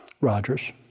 Rogers